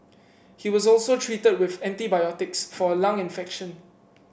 he was also treated with antibiotics for a lung infection